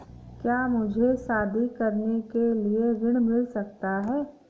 क्या मुझे शादी करने के लिए ऋण मिल सकता है?